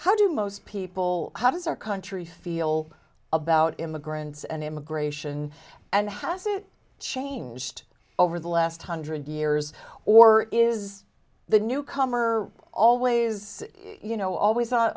how do most people how does our country feel about immigrants and immigration and how has it changed over the last hundred years or is the newcomer always you know always